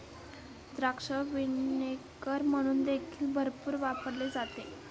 द्राक्ष व्हिनेगर म्हणून देखील भरपूर वापरले जाते